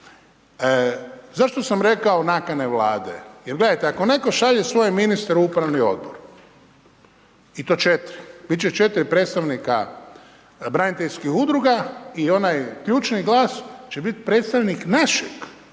Zašto sam rekao nakane Vlade? Jer gledajte, ako netko šalje svoje ministre u upravni odbor i to četiri, biti će 4 predstavnika braniteljskih udruga i onaj ključni glas će biti predstavnik našeg